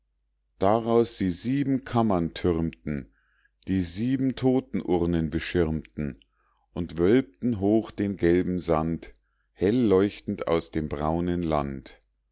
daraus sie sieben kammern türmten die sieben totenurnen beschirmten und wölbten hoch den gelben sand hell leuchtend aus dem braunen land